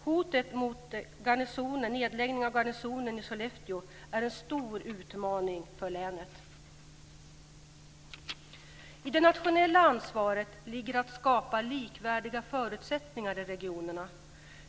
Hotet om nedläggningen av garnisonen i Sollefteå är en stor utmaning för länet. I det nationella ansvaret ligger att skapa likvärdiga förutsättningar i regionerna.